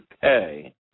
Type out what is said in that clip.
pay